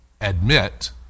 admit